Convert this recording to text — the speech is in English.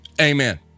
Amen